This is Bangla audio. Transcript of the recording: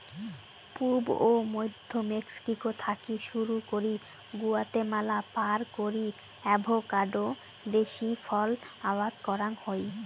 পুব ও মইধ্য মেক্সিকো থাকি শুরু করি গুয়াতেমালা পার করি অ্যাভোকাডো দেশী ফল আবাদ করাং হই